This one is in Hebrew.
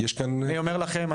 אני אומר לכם,